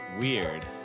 weird